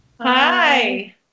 Hi